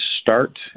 start